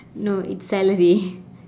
no it's celery